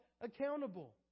accountable